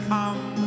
come